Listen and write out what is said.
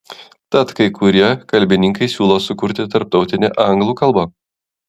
tad kai kurie kalbininkai siūlo sukurti tarptautinę anglų kalbą